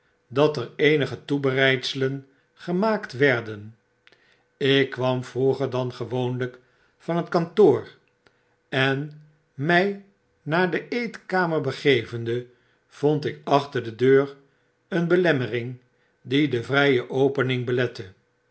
dat er eenige toebereidselen gemaakt werden ik kwam vroeger dan gewoonlijk van het kantoor en my naar de eetkamer begevende vond ik achter de deur een belemmering die de vrije opening belette